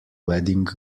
wedding